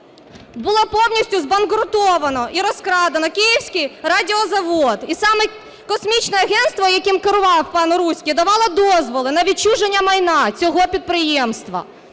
Було повністю збанкрутовано і розкрадено Київський радіозавод. І саме Космічне агентство, яким керував пан Уруський, давало дозволи на відчуження майна цього підприємства.